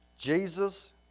Jesus